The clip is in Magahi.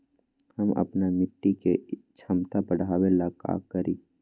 हम अपना मिट्टी के झमता बढ़ाबे ला का करी?